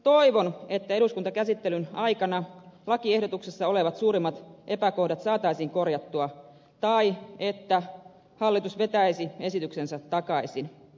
toivon että eduskuntakäsittelyn aikana lakiehdotuksessa olevat suurimmat epäkohdat saataisiin korjattua tai että hallitus vetäisi esityksensä takaisin